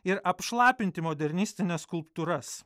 ir apšlapinti modernistines skulptūras